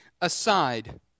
aside